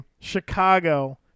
Chicago